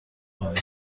کنی